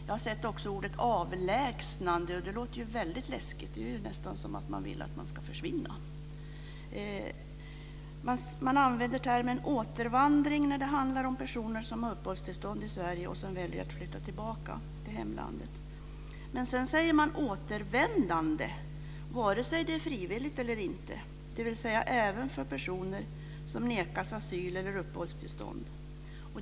Jag har också sett ordet "avlägsnande" användas, och det låter väldigt läskigt. Det låter nästan som att man vill att personer ska försvinna. Man använder termen "återvandring" när det handlar om personer som har uppehållstillstånd i Sverige och som väljer att flytta tillbaka till hemlandet, men man talar om "återvändande" vare sig detta är frivilligt eller inte, dvs. även för personer som nekas asyl eller uppehållstillstånd.